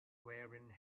wearing